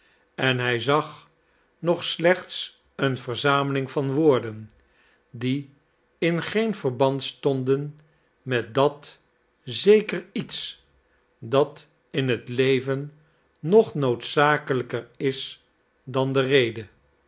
en hij zag nog slechts een verzameling van woorden die in geen verband stonden in met dat zeker iets dat in het leven nog noodzakelijker is dan de rede